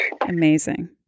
amazing